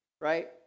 right